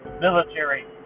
military